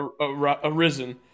arisen